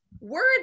words